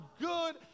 good